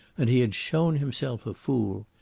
and he had shown himself a fool.